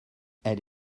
elle